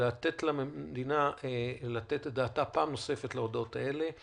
לתת למדינה לתת את דעתה פעם נוספת להודעות האלה.